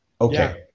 Okay